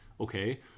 Okay